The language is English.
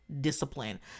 discipline